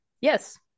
yes